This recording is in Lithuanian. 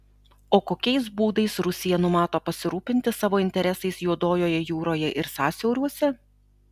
o kokiais būdais rusija numato pasirūpinti savo interesais juodojoje jūroje ir sąsiauriuose